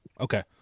Okay